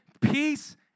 peace